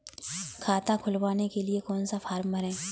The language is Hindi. खाता खुलवाने के लिए कौन सा फॉर्म भरें?